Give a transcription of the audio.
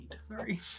Sorry